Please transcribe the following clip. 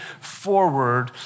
forward